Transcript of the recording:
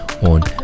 Und